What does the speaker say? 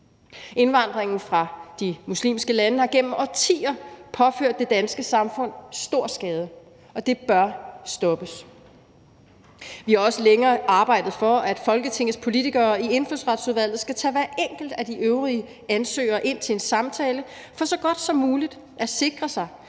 Indvandringen fra de muslimske lande har gennem årtier påført det danske samfund stor skade, og det bør stoppes. Vi har også længe arbejdet for, at Folketingets politikere i Indfødsretsudvalget skal tage hver enkelt af de øvrige ansøgere ind til en samtale for så godt som muligt at sikre sig,